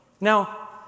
Now